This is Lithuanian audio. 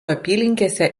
apylinkėse